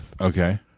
Okay